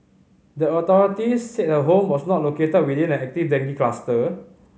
the authorities said her home was not located within an active dengue cluster